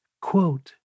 Quote